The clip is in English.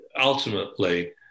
ultimately